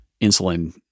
insulin